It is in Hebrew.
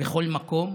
בכל מקום